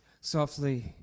softly